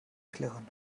klirren